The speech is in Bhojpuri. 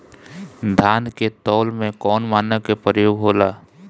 धान के तौल में कवन मानक के प्रयोग हो ला?